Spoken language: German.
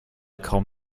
kaum